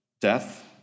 death